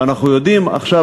ואנחנו יודעים עכשיו,